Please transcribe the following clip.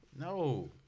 No